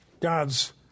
God's